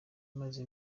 maze